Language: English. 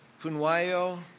Funwayo